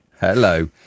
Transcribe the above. Hello